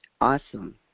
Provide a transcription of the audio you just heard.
Awesome